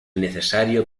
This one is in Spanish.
necesario